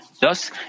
Thus